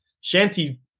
shanty